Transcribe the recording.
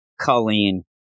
Colleen